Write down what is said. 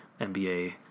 NBA